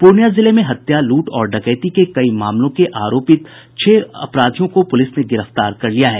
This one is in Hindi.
पूर्णिया जिले में हत्या लूट और डकैती के कई मामलों के आरोपित छह अपराधियों को पुलिस ने गिरफ्तार कर लिया है